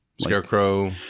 Scarecrow